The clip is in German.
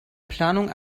planung